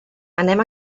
anem